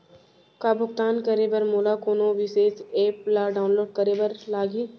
का भुगतान करे बर मोला कोनो विशेष एप ला डाऊनलोड करे बर लागही